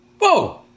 whoa